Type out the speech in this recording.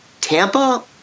Tampa